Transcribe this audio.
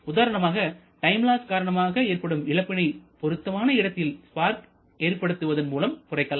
உதாரணமாக time loss காரணமாக ஏற்படும் இழப்பினை பொருத்தமான இடத்தில் ஸ்பார்க் ஏற்படுத்துவதன் மூலம் குறைக்கலாம்